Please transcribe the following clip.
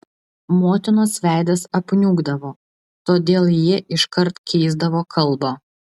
motinos veidas apniukdavo todėl jie iškart keisdavo kalbą